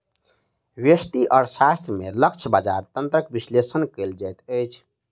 व्यष्टि अर्थशास्त्र में लक्ष्य बजार तंत्रक विश्लेषण कयल जाइत अछि